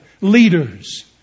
leaders